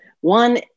one